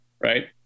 right